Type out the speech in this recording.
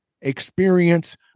experience